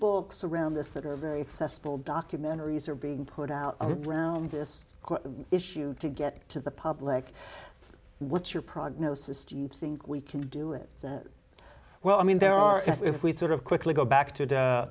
books around this that are very excessive all documentaries are being put out around this issue to get to the public what's your prognosis do you think we can do it well i mean there are if we sort of quickly go back to the